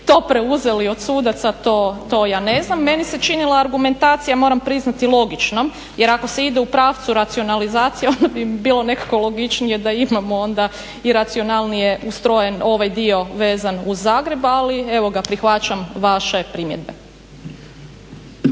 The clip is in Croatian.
to preuzeli od sudaca, to ja ne znam. Meni se činila argumentacija, moram priznati, logičnom jer ako se ide u pravcu racionalizacije onda bi mi bilo nekako logičnije da imamo onda i racionalnije ustrojen ovaj dio vezan uz Zagreb, ali evo ga, prihvaćam vaše primjedbe.